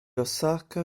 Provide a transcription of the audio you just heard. osaka